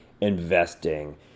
investing